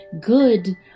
good